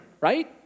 right